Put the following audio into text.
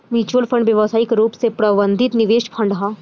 mutual fund व्यावसायिक रूप से प्रबंधित निवेश फंड ह